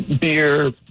Beer